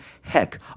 heck